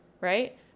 Right